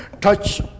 touch